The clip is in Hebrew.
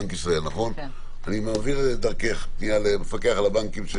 אני מעביר דרכך פנייה למפקח על הבנקים,